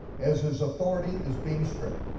as his authority is being stripped,